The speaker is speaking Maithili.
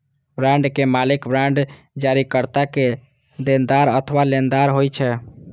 बांडक मालिक बांड जारीकर्ता के देनदार अथवा लेनदार होइ छै